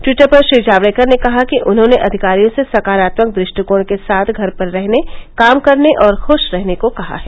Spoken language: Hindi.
ट्यीटर पर श्री जावड़ेकर ने कहा कि उन्होंने अधिकारियों से सकारात्मक दृष्टिकोण के साथ घर पर रहने काम करने और खुश रहने को कहा है